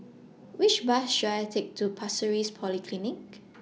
Which Bus should I Take to Pasir Ris Polyclinic